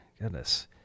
Goodness